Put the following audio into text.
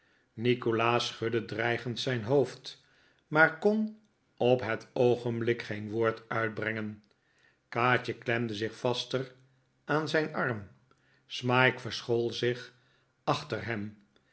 nikolaas schudde dreigend zijn hoofd maar kon op het oogenblik geen woord uitbrengen kaatje klemde zich vaster aan zijn arm smike verschool zich achter hem